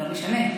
לא משנה,